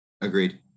Agreed